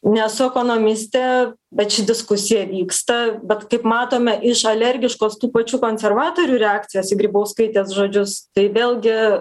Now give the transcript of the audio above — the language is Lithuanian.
nesu ekonomistė bet ši diskusija vyksta bet kaip matome iš alergiškos tų pačių konservatorių reakcijos į grybauskaitės žodžius tai vėlgi